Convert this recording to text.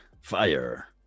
Fire